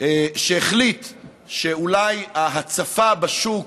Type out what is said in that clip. שהחליט שאולי ההצפה בשוק,